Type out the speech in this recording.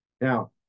Now